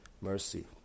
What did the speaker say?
mercy